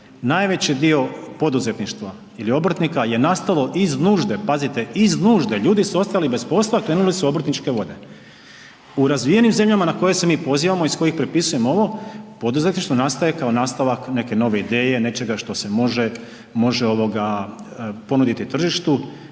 najveći dio poduzetništva ili obrtnika je nastalo iz nužde, pazite iz nužde. Ljudi su ostali bez posla, krenuli su u obrtničke vode. U razvijenim zemljama na koje se mi pozivamo iz kojih prepisujemo ovo poduzetništvo nastaje kao nastavak neke nove ideje, nečega što se može, može ovoga ponuditi tržištu